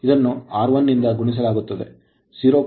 ಇದನ್ನು R1 ನಿಂದ ಗುಣಿಸಲಾಗುತ್ತದೆ 0